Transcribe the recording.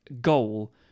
goal